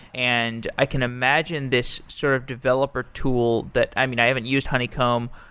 and i can imagine this sort of developer tool that i mean i haven't used honeycomb.